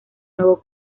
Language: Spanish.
nuevo